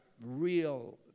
real